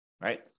right